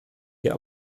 wir